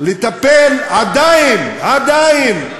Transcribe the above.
לטפל עדיין, עדיין,